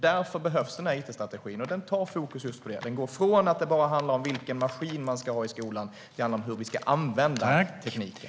Därför behövs it-strategin, och den har fokus på att gå från att bara handla om vilken maskin man ska ha i skolan till hur vi ska använda tekniken.